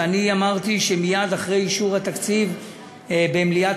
ואמרתי שמייד אחרי אישור התקציב במליאת